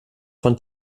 von